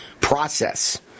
process